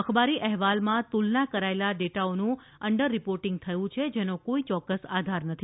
અખબારી અહેવાલમાં તુલના કરાયેલા ડેટાઓનું અંડર રીપોર્ટીંગ થયું છે જેનો કોઇ યોક્કસ આધાર નથી